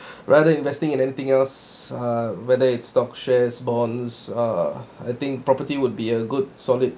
rather investing in anything else uh whether it's stock shares bonds uh I think property would be a good solid